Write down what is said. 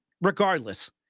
regardless